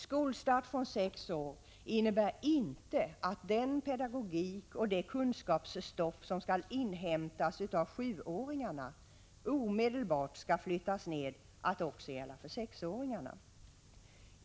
Skolstart vid sex års ålder innebär inte att den pedagogik som tillämpas för och det kunskapsstoff som skall inhämtas av sjuåringarna omedelbart skall flyttas ned att gälla också för sexåringarna.